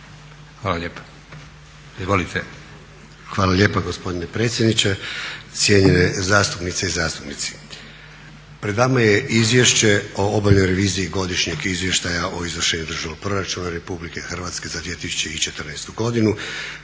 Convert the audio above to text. Ivan** Hvala lijepa gospodine predsjedniče. Cijenjene zastupnice i zastupnici. Pred nama je Izvješće o obavljenoj reviziji Godišnjeg izvještaja o izvršenju državnog proračuna Republike Hrvatske za 2014. godinu